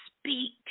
Speak